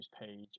page